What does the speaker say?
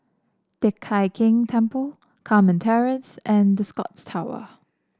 Teck Hai Keng Temple Carmen Terrace and The Scotts Tower